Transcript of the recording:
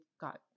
got